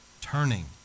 Turning